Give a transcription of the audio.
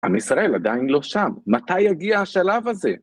עם ישראל עדיין לא שם, מתי יגיע השלב הזה?